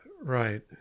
Right